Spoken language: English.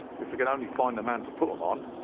if we can only find the man to put them on.